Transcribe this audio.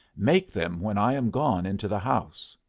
make them when i am gone into the house.